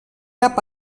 cap